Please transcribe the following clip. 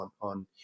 on